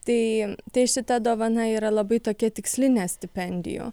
tai tai šita dovana yra labai tokia tikslinė stipendijų